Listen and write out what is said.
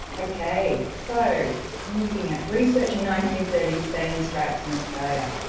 okay so looking at researching nineteen thirty stay-in strikes in australia.